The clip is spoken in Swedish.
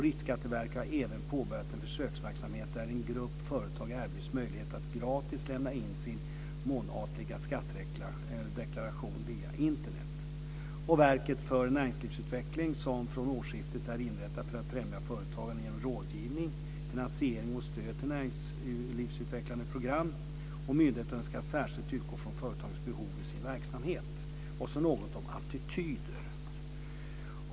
Riksskatteverket har även påbörjat en försöksverksamhet där en grupp företagare erbjuds möjlighet att gratis lämna in sin månatliga skattedeklaration via Internet. Verket för näringslivsutveckling inrättades vid årsskiftet för att främja företagande genom rådgivning, finansiering och stöd till näringslivsutvecklande program. Myndigheten ska särskilt utgå från företagens behov i sin verksamhet. Sedan ska jag säga något om detta med attityder.